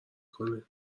کنه